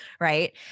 Right